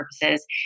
purposes